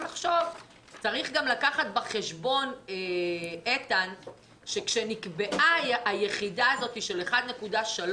גם לקחת בחשבון שכאשר נקבעה יחידת המימון של 1.3